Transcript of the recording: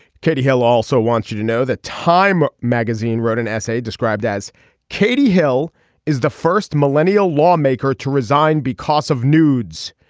katie hill also wants you to know that time magazine wrote an essay described as katie hill is the first millennial lawmaker to resign because of nudes.